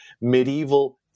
medieval